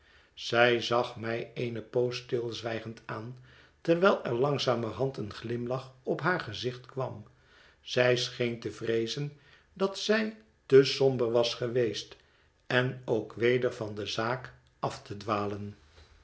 zij zag mij eene poos stilzwijgend aan terwijl er langzamerhand een glimlach op haar gezicht kwam zij scheen te vreezen dat zij te somber was geweest en ook weder van de zaak af te dwalen